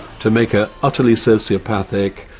to make her utterly sociopathic,